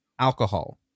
alcohol